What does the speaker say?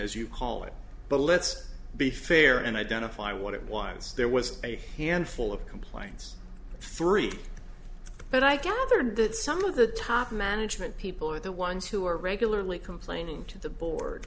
as you call it but let's be fair and identify what it was there was a handful of complaints three but i gathered that some of the top management people are the ones who are regularly complaining to the board